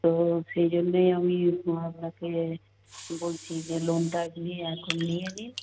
তো সেই জন্যই আমি আপনাকে বলছি যে লোনটা আপনি এখন নিয়ে নিন